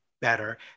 better